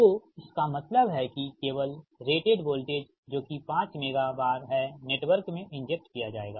तो इसका मतलब है कि केवल रेटेड वोल्टेज जोकि 5 मेगा VAR है नेटवर्क में इंजेक्ट किया जाएगा